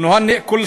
אנו גאים בך,